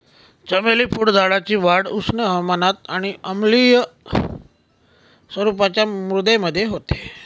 चमेली फुलझाडाची वाढ उष्ण हवामानात आणि आम्लीय स्वरूपाच्या मृदेमध्ये होते